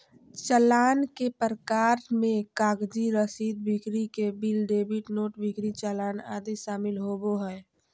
चालान के प्रकार मे कागजी रसीद, बिक्री के बिल, डेबिट नोट, बिक्री चालान आदि शामिल होबो हय